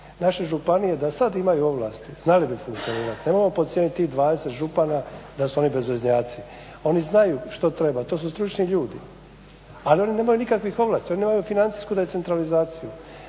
Naše županije da sad imaju ovlasti znali bi funkcionirati. Nemojmo podcijeniti tih 20 župana da su oni bezveznjaci. Oni znaju što treba, to su stručni ljudi. Ali oni nemaju nikakvih ovlasti, oni nemaju financijsku decentralizaciju.